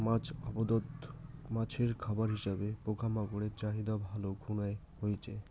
মাছ আবাদত মাছের খাবার হিসাবে পোকামাকড়ের চাহিদা ভালে খুনায় হইচে